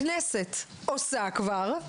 הכנסת עושה כבר,